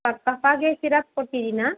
ಹಾಂ ಕಫಾಗೆ ಸಿರಪ್ ಕೊಟ್ಟಿದ್ದೀನಾ